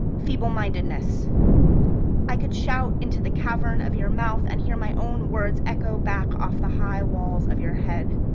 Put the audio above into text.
feeblemindedness i could shout into the cavern of your mouth and hear my own words echo back off the high walls of your head,